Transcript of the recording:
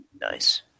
Nice